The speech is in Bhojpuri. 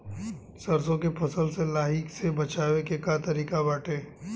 सरसो के फसल से लाही से बचाव के का तरीका बाटे?